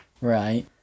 Right